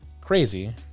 crazy